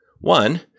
One